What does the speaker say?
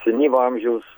senyvo amžiaus